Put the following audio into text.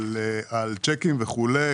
על צ'קים וכולי.